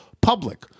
public